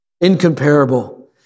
Incomparable